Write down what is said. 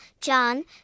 John